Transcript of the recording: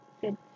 good